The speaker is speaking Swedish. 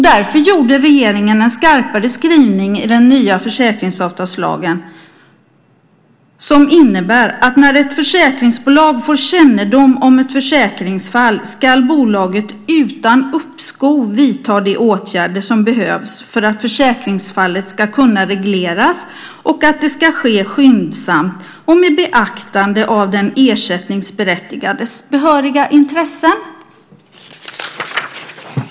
Därför gjorde regeringen en skarpare skrivning i den nya försäkringsavtalslagen som innebär att när ett försäkringsbolag får kännedom om ett försäkringsfall ska bolaget utan uppskov vidta de åtgärder som behövs för att försäkringsfallet ska kunna regleras, och det ska ske skyndsamt med beaktande av den ersättningsberättigades behöriga intressen.